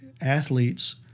athletes